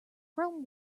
rome